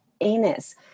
anus